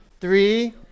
Three